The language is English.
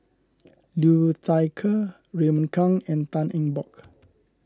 Liu Thai Ker Raymond Kang and Tan Eng Bock